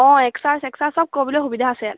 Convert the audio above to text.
অঁ এক্সে চেক্সা চব কৰিবলৈ সুবিধা আছে ইয়াত